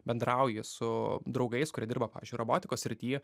bendrauji su draugais kurie dirba pavyzdžiui robotikos srity